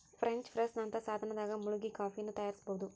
French press ನಂತಹ ಸಾಧನದಾಗ ಮುಳುಗಿ ಕಾಫಿಯನ್ನು ತಯಾರಿಸಬೋದು